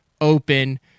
open